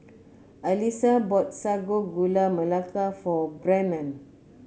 Alysa bought Sago Gula Melaka for Brennon